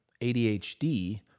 ADHD